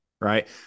Right